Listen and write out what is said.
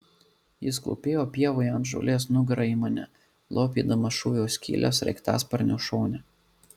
jis klūpėjo pievoje ant žolės nugara į mane lopydamas šūvio skylę sraigtasparnio šone